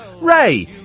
Ray